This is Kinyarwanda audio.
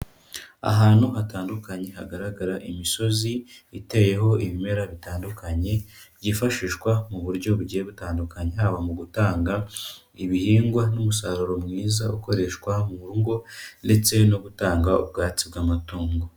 Ahantu hatandukanye hagaragara imisozi iteyeho ibimera bitandukanye, byifashishwa mu buryo bugiye butandukanye, haba mu gutanga ibihingwa n'umusaruro mwiza ukoreshwa mu ngo, ndetse no gutanga ubwatsi bw'amatungo.